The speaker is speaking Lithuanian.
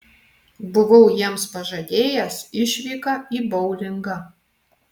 buvau jiems pažadėjęs išvyką į boulingą